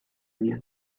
dio